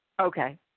Okay